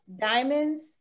Diamonds